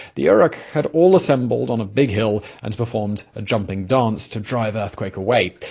the yurok had all assembled on a big hill and performed a jumping dance to drive earthquake away.